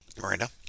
Miranda